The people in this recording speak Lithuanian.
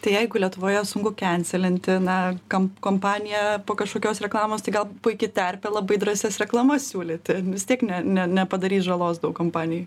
tai jeigu lietuvoje sunku kenselinti na kam kompaniją po kažkokios reklamos tai gal puiki terpė labai drąsias reklamas siūlyti vis tiek ne ne nepadarys žalos daug kompanijai